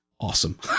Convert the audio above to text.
Awesome